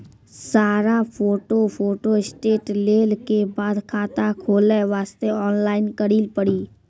सारा photo photostat लेल के बाद खाता खोले वास्ते ऑनलाइन करिल पड़ी?